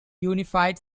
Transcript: unified